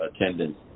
attendance